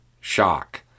Shock